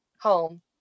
home